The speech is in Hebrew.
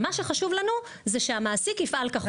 מה שחשוב לנו זה שהמעסיק יפעל כחוק.